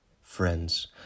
friends